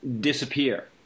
disappear